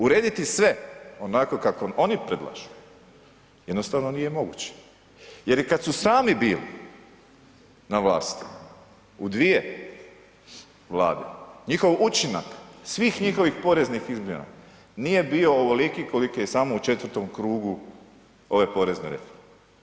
Urediti sve onako kako oni predlažu jednostavno nije moguće jer i kad su sami bili na vlasti u dvije Vlade, njihov učinak svih njihovih poreznih izmjena nije bio ovoliki koliki je samo u 4. krugu ove porezne reforme.